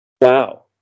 wow